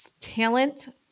talent